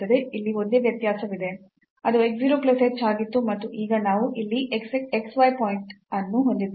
ಇಲ್ಲಿ ಒಂದೇ ವ್ಯತ್ಯಾಸವಿದೆ ಅದು x 0 plus h ಆಗಿತ್ತು ಮತ್ತು ಈಗ ನಾವು ಇಲ್ಲಿ x y ಪಾಯಿಂಟ್ ಅನ್ನು ಹೊಂದಿದ್ದೇವೆ